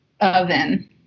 oven